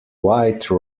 wide